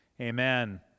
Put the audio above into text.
Amen